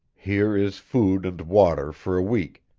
here is food and water for a week,